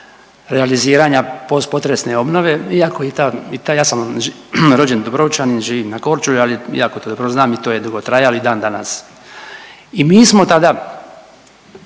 realiziranja postpotresne obnove iako i ta, ja sam vam rođeni Dubrovčanin, živim na Korčuli ali jako to dobro znam i to je dugo trajalo i dan danas. I mi smo tada